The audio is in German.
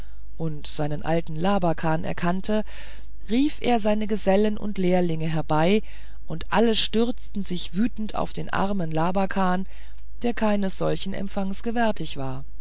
und seinen alten labakan erkannte rief er seine gesellen und lehrlinge herbei und alle stürzten sich wie wütend auf den armen labakan der keines solchen empfangs gewärtig war